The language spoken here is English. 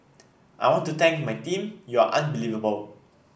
I want to thank my team you're unbelievable